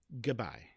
Goodbye